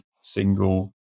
single